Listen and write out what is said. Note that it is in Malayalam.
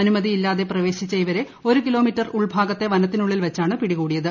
അനുമതി ഇല്ലാതെ പ്രവേശിച്ച ഇവരെ ഒരു കിലോമീറ്റർ ഉൾഭാഗത്തെ വനത്തിനുള്ളിൽ വെച്ചാണ് പിടികൂടിയത്